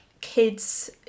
kids